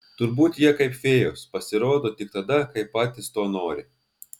turbūt jie kaip fėjos pasirodo tik tada kai patys to nori